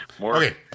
Okay